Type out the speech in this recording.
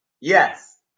Yes